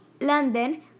London